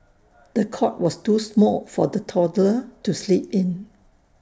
the cot was too small for the toddler to sleep in